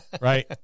right